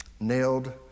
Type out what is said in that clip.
Nailed